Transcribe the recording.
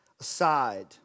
aside